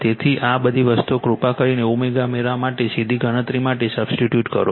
તેથી આ બધી વસ્તુઓ કૃપા કરીને ω મેળવવા માટે સીધી ગણતરી માટે સબસ્ટીટ્યુટ કરો